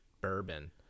bourbon